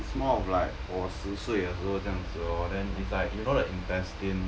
it's more of like 我十岁的时候这样子哦 then it's like you know the intestine